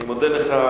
אני מודה לך,